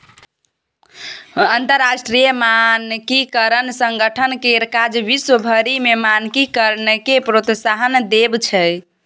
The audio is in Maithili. अंतरराष्ट्रीय मानकीकरण संगठन केर काज विश्व भरि मे मानकीकरणकेँ प्रोत्साहन देब छै